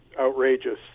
outrageous